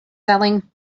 selling